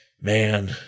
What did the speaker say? man